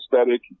aesthetic